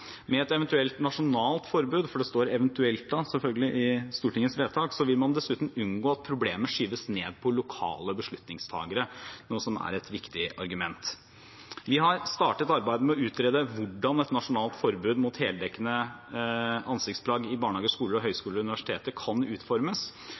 Med et eventuelt nasjonalt forbud – det står «eventuelt» i forslaget – vil man dessuten unngå at problemet skyves over på lokale beslutningstakere, noe som er et viktig argument. Vi har startet arbeidet med å utrede hvordan et nasjonalt forbud mot heldekkende ansiktsplagg i barnehager, skoler, høyskoler og